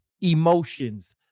emotions